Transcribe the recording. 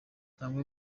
amwe